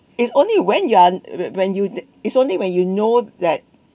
it's only when you are when you it's only when you know that